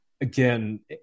again